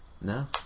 No